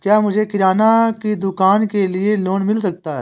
क्या मुझे किराना की दुकान के लिए लोंन मिल सकता है?